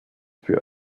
für